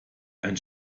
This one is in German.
ein